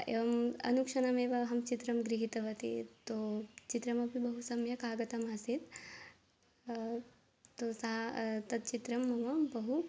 एवम् अनुक्षणमेव अहं चित्रं गृहीतवती तो चित्रमपि बहु सम्यक् आगतम् आसीत् तु ता तत् चित्रं मम बहु